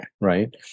Right